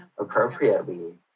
appropriately